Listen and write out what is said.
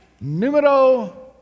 Numero